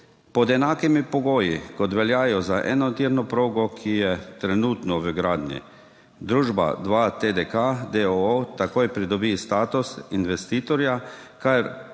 pod enakimi pogoji, kot veljajo za enotirno progo, ki je trenutno v gradnji. Družba 2TDK, d. o. o., takoj pridobi status investitorja, kar